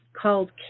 called